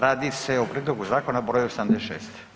Radi se o prijedlogu zakona br. 86.